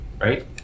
right